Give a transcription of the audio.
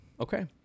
Okay